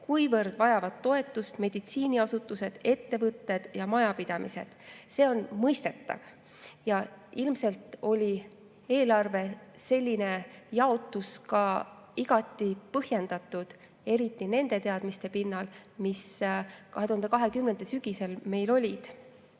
kuivõrd vajavad toetust meditsiiniasutused, ettevõtted ja majapidamised. See on mõistetav ja ilmselt oli eelarve selline jaotus ka igati põhjendatud, eriti nende teadmiste pinnalt, mis meil 2020. aasta sügisel olid.